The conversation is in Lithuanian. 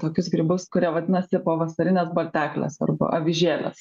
tokius grybus kurie vadinasi pavasarinės balteklės arba avižėlės